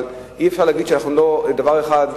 אבל אי-אפשר להגיד דבר אחד,